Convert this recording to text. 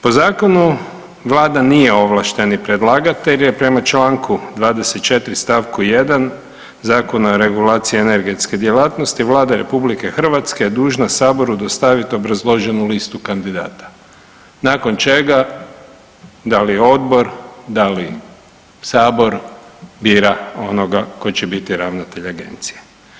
Po zakonu vlada nije ovlašteni predlagatelj je prema čl. 24. st. 1. Zakona o regulaciji energetske djelatnosti Vlada RH je dužna saboru dostaviti obrazloženu lista kandidata nakon čega da li odbor, da li sabor bira onoga koji će biti ravnatelj agencije.